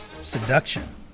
Seduction